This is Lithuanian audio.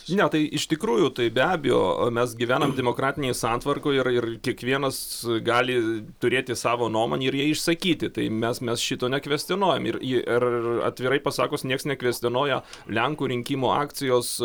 ne tai iš tikrųjų tai be abejo mes gyvenam demokratinėj santvarkoj ir ir kiekvienas gali turėti savo nuomonę ir ją išsakyti tai mes mes šito nekvestionuojame ir atvirai pasakius niekas nekvestionuoja lenkų rinkimų akcijos